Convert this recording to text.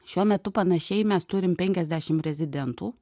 šiuo metu panašiai mes turim penkiasdešim rezidentų